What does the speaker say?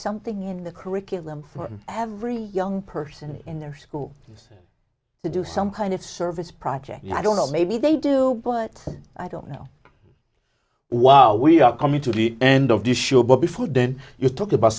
something in the curriculum for every young person in their school has to do some kind of service project and i don't know maybe they do but i don't know wow we are coming to the end of the show but before we did you talk about